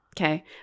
Okay